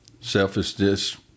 selfishness